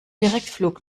direktflug